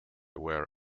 ware